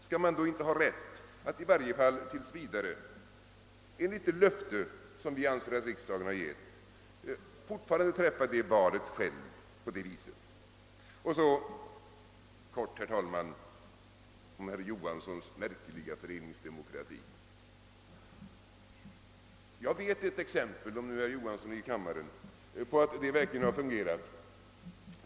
Skall man då inte ha rätt att i varje fall tills vidare, enligt det löfte som vi anser att riksdagen har givit, träffa det valet själv? Så vill jag helt kort, herr talman, säga några ord om herr Johanssons märkliga föreningsdemokrati. Om nu herr Johansson är närvarande i kammaren, vill jag nämna för honom att jag vet ett exempel på att detta verkligen har fungerat.